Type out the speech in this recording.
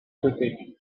côté